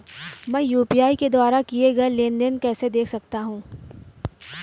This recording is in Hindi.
मैं यू.पी.आई के द्वारा किए गए लेनदेन को कैसे देख सकता हूं?